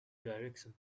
direction